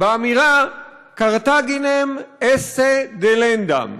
באמירה: Carthaginem esse delendam,